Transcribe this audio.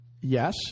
Yes